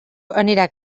anirà